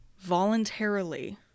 voluntarily